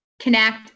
connect